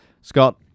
scott